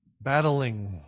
Battling